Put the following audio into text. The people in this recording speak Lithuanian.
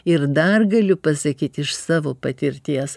ir dar galiu pasakyt iš savo patirties